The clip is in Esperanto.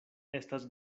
estas